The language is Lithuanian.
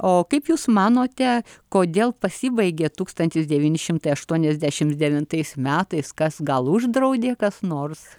o kaip jūs manote kodėl pasibaigė tūkstantis devyni šimtai aštuoniasdešim devintais metais kas gal uždraudė kas nors